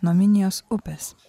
nuo minijos upės